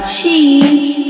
Cheese